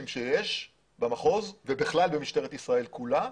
שיש במחוז ובכלל במשטרת ישראל כולה,